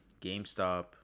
GameStop